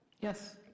Yes